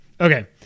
okay